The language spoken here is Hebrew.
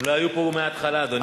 הם לא היו פה מההתחלה, אדוני.